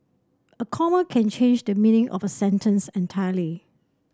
a comma can change the meaning of a sentence entirely